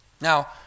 Now